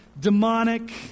demonic